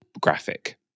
graphic